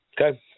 Okay